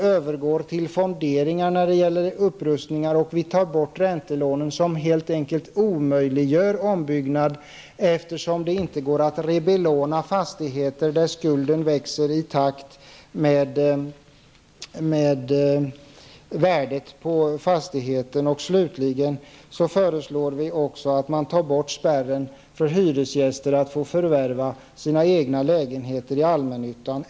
Man skall övergå till fonderingar i fråga om upprustningar, samtidigt som räntelånen tas bort, de räntelån som omöjliggör ombyggnad, eftersom det inte går att rebelåna fastigheterna där skulden växer i takt med värdet på fastigheten. Slutligen föreslår vi att man skall ta bort spärren för hyresgäster att få förvärva sina lägenheter i allmännyttan.